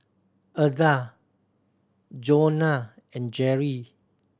Eartha Jonna and Jerrie